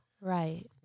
Right